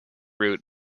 root